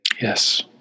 Yes